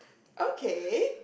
okay